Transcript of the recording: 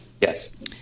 Yes